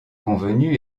convenu